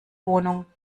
wohnung